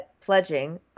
pledging